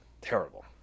Terrible